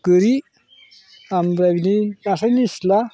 गोरि ओमफ्राय बिदि नास्राय निस्ला